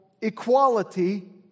equality